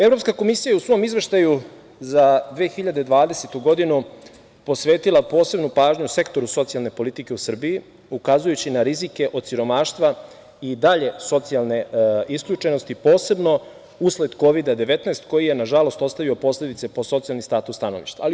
Evropska komisija je u svom izveštaju za 2020. godinu posvetila posebnu pažnju sektoru socijalne politike u Srbiji, ukazujući na rizike od siromaštva i dalje socijalne isključenosti, posebno usled Kovida-19 koji je, nažalost, ostavio posledice po socijalni status stanovništva.